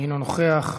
אינו נוכח,